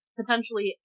potentially